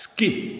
skip